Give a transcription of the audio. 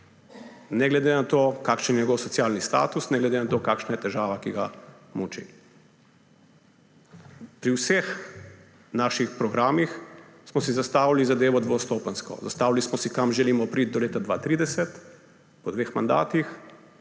ne glede na to, kakšen je njegov socialni status, ne glede na to, kakšna je težava, ki ga muči. Pri vseh naših programih smo si zastavili zadevo dvostopenjsko. Zastavili smo si, kam želimo priti do leta 2030 po dveh mandatih